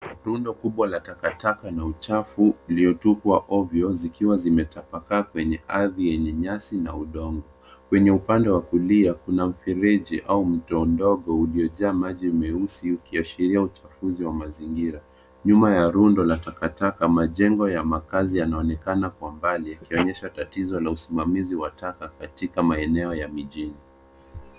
Rundo kubwa la takataka na uchafu uliotupwa ovyo, zikiwa zimetapakaa kwenye ardhi yenye nyasi na udongo. Kwenye upande wa kulia kuna mfereji au mto mdogo uliojaa maji meusi, ukiashiria uchafuzi wa mazingira. Nyuma ya rundo la taka majengo ya makazi yanaonekana kwa umbali, yakionyesha tatizo la usimamizi wa taka katika maeneo ya mijini.